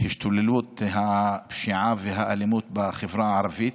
השתוללות הפשיעה והאלימות בחברה הערבית.